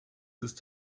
ist